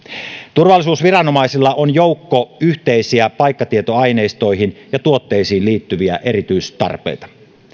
turvallisuusviranomaisilla on joukko yhteisiä paikkatietoaineistoihin ja tuotteisiin liittyviä erityistarpeita